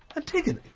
antigone!